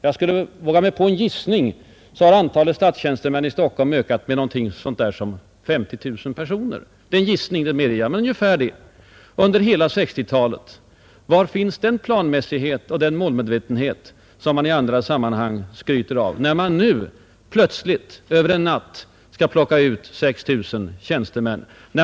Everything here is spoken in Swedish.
Jag skulle våga mig på gissningen att antalet statstjänstemän i Stockholm ökat med någonting sådant som 50 000 personer — jag medger att det är en gissning, men det bör vara ungefär den siffran. Var finns den planmässighet och den målmedvetenhet som man i andra sammanhang skryter om, när man nu plötsligt ”över en natt” skall plocka bort 6 000 tjänstemän?